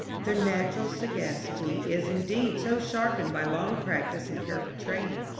their natural sagacity is, indeed, so sharpened by long practice and careful training,